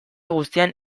guztian